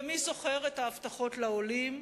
ומי זוכר את ההבטחות לעולים?